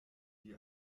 die